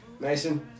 Mason